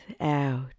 out